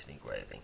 engraving